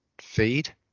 feed